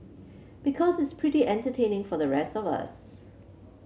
because it's pretty entertaining for the rest of us